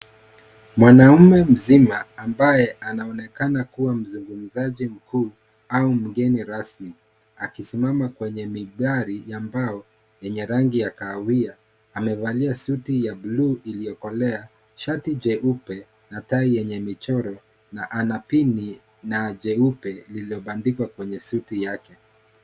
Mwanamume mzima ambaye anaonekana kuwa mzungumzaji mkuu au mgeni rasmi. Akisimama kwenye mijali ya mbao yenye rangi ya kahawia. Amevalia suti ya bluu iliyokolea, sharti jeupe na tai yenye michoro na ana pindi na jeupe lililobandikwa kwenye suti yake.